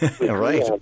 Right